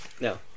No